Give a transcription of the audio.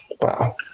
wow